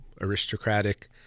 aristocratic